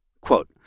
Quote